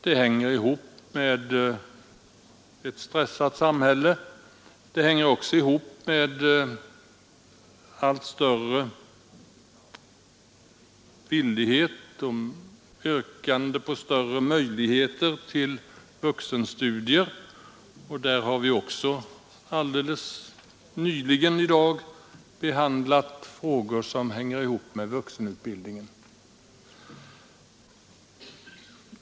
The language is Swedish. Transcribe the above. Det hänger samman med att vårt samhälle blir alltmer stressat men också med en allt större villighet till och krav på ökade möjligheter till vuxenstudier. Vi har i dag också behandlat frågor som hänger ihop med vuxenutbildningen.